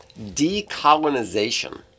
Decolonization